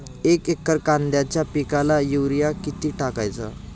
एक एकर कांद्याच्या पिकाला युरिया किती टाकायचा?